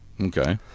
Okay